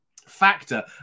Factor